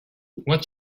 what